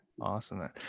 Awesome